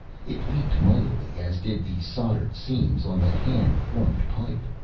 it leaked mightily as did the soldered seams on the hand-formed pipe.